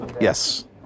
Yes